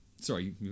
sorry